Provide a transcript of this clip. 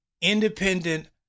independent